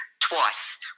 twice